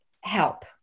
help